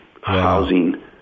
housing